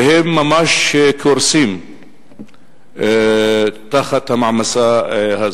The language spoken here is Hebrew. והם ממש קורסים תחת המעמסה הזאת.